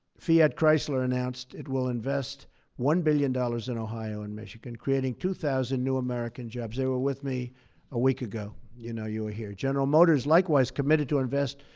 fiat-chrysler announced it will invest one billion dollars in ohio and michigan, creating two thousand new american jobs. they were with me a week ago. you know you were here. general motors, likewise, committed to invest